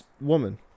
Woman